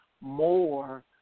more